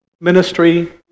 Ministry